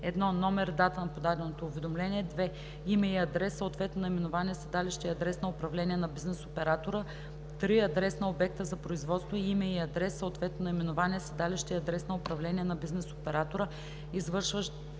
1. номер и дата на подаденото уведомление; 2. име и адрес, съответно наименование, седалище и адрес на управление на бизнес оператора; 3. адрес на обекта за производство, име и адрес, съответно наименование, седалище и адрес на управление на бизнес оператора, извършващ